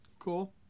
cool